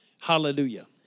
Hallelujah